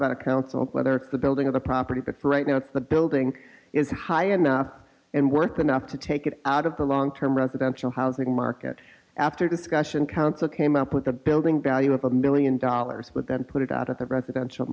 about a council whether the building of the property but for right now it's the building is high enough and worth enough to take it out of the long term residential housing market after discussion council came up with the building value of a million dollars but then put it out of the residential